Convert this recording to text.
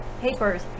papers